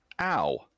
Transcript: Ow